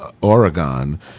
Oregon